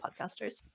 podcasters